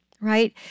right